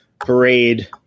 parade